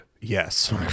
yes